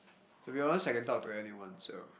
to be honest I can talk to anyone so